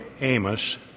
Amos